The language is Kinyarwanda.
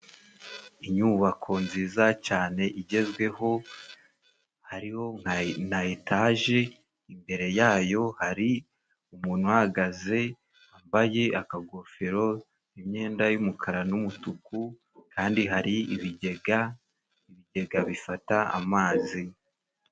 inyubako nziza cyane igezweho, hariho nka na etaje, imbere yayo hari umuntu uhagaze, wambaye akagofero n'imyenda y'umukara n'umutuku, kandi hari ibigega, ibigega bifata amazi.